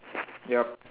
yup